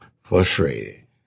frustrated